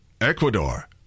Ecuador